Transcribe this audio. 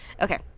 okay